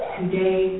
today